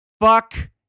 Fuck